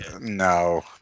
No